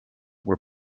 were